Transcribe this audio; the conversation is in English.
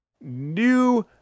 new